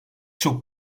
çok